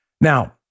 Now